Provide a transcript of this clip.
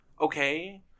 okay